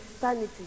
sanity